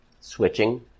switching